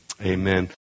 Amen